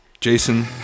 Jason